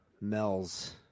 Mel's